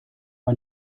man